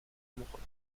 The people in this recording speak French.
amoureux